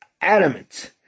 adamant